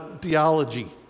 theology